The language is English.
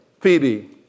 Phoebe